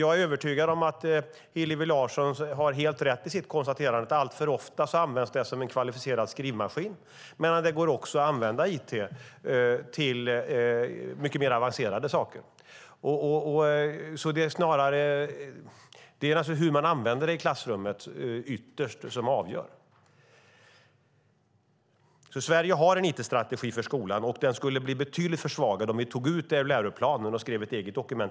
Jag är övertygad om att Hillevi Larsson har helt rätt i sitt konstaterande att datorn alltför ofta används som en kvalificerad skrivmaskin. Men det går också att använda datorn och it till mycket mer avancerade saker. Det är alltså hur man använder det i klassrummet som ytterst avgör. Sverige har en it-strategi för skolan och den skulle bli betydligt försvagad om vi tog ut den ur läroplanen och skrev ett eget dokument.